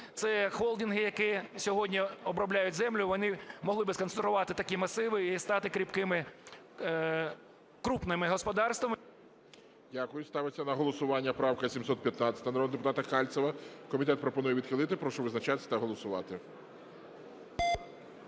це холдинги, які сьогодні обробляють землю, вони могли б сконцентрувати такі масиви і стати крупними господарствами… ГОЛОВУЮЧИЙ. Дякую. Ставиться на голосування правка 715 народного депутата Кальцева. Комітет пропонує відхилити. Прошу визначатися та голосувати.